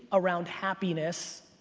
around happiness,